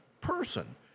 person